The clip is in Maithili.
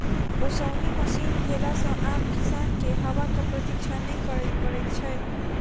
ओसौनी मशीन भेला सॅ आब किसान के हवाक प्रतिक्षा नै करय पड़ैत छै